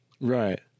Right